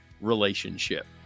relationship